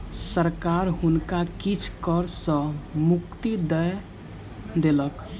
सरकार हुनका किछ कर सॅ मुक्ति दय देलक